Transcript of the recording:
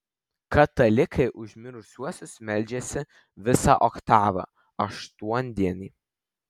katalikai už mirusiuosius meldžiasi visą oktavą aštuondienį